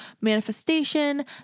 manifestation